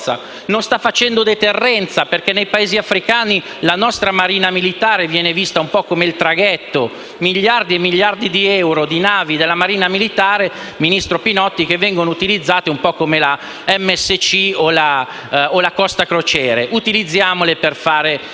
Non sta facendo deterrenza perché nei Paesi africani la nostra Marina militare viene vista un po' come un traghetto: miliardi e miliardi di euro di navi della Marina militare, ministro Pinotti, vengono utilizzati come la MSC o come la Costa Crociere. Utilizziamole per fare